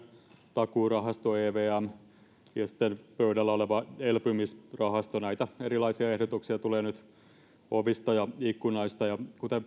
takuurahasto evm ja pöydällä oleva elpymisrahasto näitä erilaisia ehdotuksia tulee nyt ovista ja ikkunoista kuten